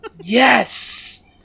Yes